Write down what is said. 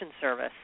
service